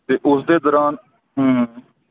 ਅਤੇ ਉਸ ਦੇ ਦੌਰਾਨ